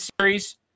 series